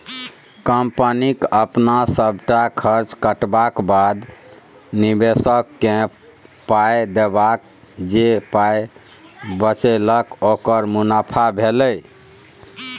कंपनीक अपन सबटा खर्च कटबाक बाद, निबेशककेँ पाइ देबाक जे पाइ बचेलक ओकर मुनाफा भेलै